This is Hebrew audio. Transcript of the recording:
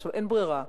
עכשיו, אין ברירה.